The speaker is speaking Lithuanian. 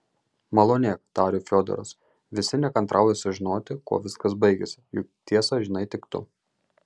malonėk tarė fiodoras visi nekantrauja sužinoti kuo viskas baigėsi juk tiesą žinai tik tu